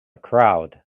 crowd